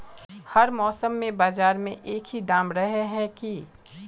हर मौसम में बाजार में एक ही दाम रहे है की?